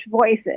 voices